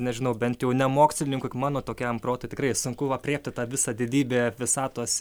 nežinau bent jau ne mokslininkui mano tokiam protui tikrai sunku aprėpti tą visą didybę visatos